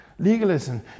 Legalism